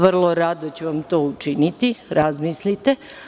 Vrlo rado ću vam to učiniti, razmislite.